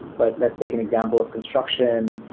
but let's take an example of construction.